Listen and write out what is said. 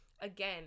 again